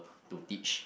to teach